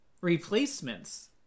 replacements